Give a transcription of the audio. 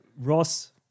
Ross